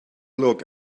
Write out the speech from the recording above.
look